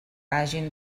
hagin